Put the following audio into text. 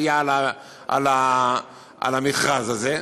ועוד חברי כנסת שהביעו פליאה על המכרז הזה.